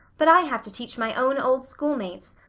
but i have to teach my own old schoolmates,